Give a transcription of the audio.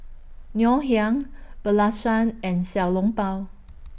Ngoh Hiang and Xiao Long Bao